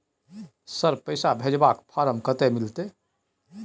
Sir, पैसा भेजबाक form कत्ते मिलत?